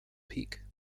peak